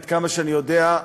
עד כמה שאני יודע,